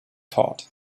taught